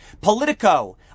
Politico